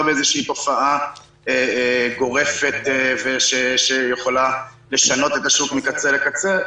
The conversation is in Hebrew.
באיזושהי תופעה גורפת שיכולה לשנות את השוק מקצה לקצה.